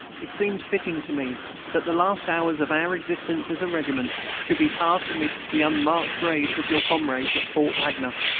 it seems fitting to me that the last hours of our existence as a regiment should be passed amidst the unmarked graves of your comrades at fort wagner.